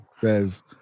says